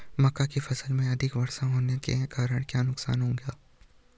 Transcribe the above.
मक्का की फसल में अधिक वर्षा होने के कारण क्या नुकसान होगा?